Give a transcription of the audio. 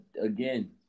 again